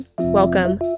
Welcome